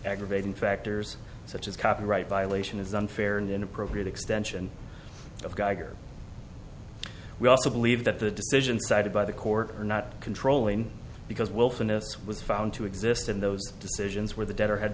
aggravating factors such as copyright violation is unfair and inappropriate extension of geiger we also believe that the decision cited by the court are not controlling because willfulness was found to exist in those decisions where the debtor had